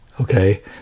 okay